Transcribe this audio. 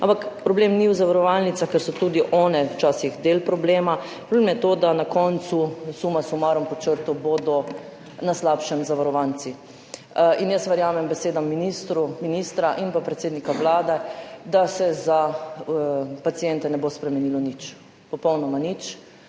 Ampak problem ni v zavarovalnicah, ker so tudi one včasih del problema. Problem je to, da bodo na koncu, summa summarum, pod črto na slabšem zavarovanci. Jaz verjamem besedam ministra in predsednika Vlade, da se za paciente ne bo spremenilo nič, popolnoma nič.